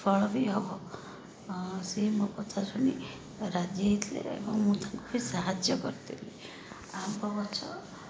ଫଳ ବି ହେବ ସିଏ ମୋ କଥା ଶୁଣି ରାଜି ହେଇଥିଲେ ଏବଂ ମୁଁ ତାଙ୍କୁ ବି ସାହାଯ୍ୟ କରିଥିଲି ଆମ୍ବ ଗଛ